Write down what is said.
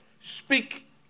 Speak